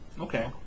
Okay